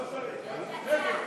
נגד.